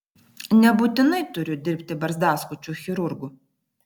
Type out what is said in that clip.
nebūtinai turiu dirbti barzdaskučiu chirurgu